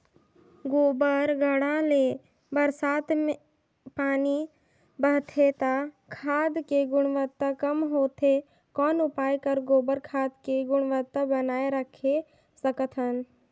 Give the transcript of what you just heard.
गोबर गढ्ढा ले बरसात मे पानी बहथे त खाद के गुणवत्ता कम होथे कौन उपाय कर गोबर खाद के गुणवत्ता बनाय राखे सकत हन?